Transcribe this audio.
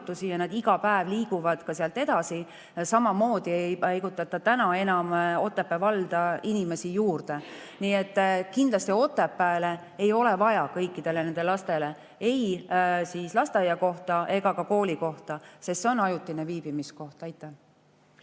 ja nad iga päev liiguvad sealt edasi. Samamoodi ei paigutata täna enam Otepää valda inimesi juurde. Nii et kindlasti Otepääle ei ole vaja kõikidele nendele lastele ei lasteaiakohta ega ka koolikohta, sest see on ajutine viibimiskoht. Aitäh!